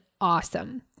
awesome